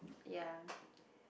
ya